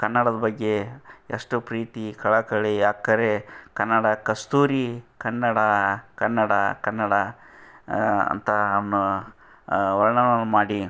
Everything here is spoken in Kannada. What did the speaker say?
ಕನ್ನಡದ ಬಗ್ಗೆ ಎಷ್ಟು ಪ್ರೀತಿ ಕಳಕಳಿ ಅಕ್ಕರೆ ಕನ್ನಡ ಕಸ್ತೂರಿ ಕನ್ನಡ ಕನ್ನಡ ಕನ್ನಡ ಅಂತಾ ಮ ವರ್ಣನವನ್ನು ಮಾಡಿ